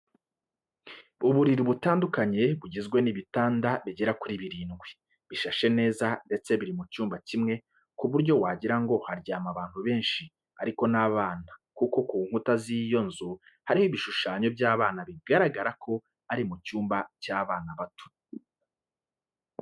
Uburiri butandukanye bugizwe n'ibitanda bigera kuri birindwi, bishashe neza ndetse biri mu cyumba kimwe ku buryo wagira ngo haryama abantu benshi ariko b'abana kuko ku nkuta z'iyo nzu hariho ibishushanyo by'abana bigaragara ko ari mu cyumba cy'abana bato.